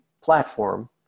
platform